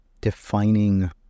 defining